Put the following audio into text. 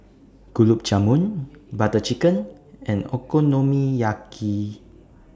Gulab Jamun Butter Chicken and Okonomiyaki